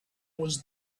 was